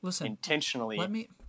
intentionally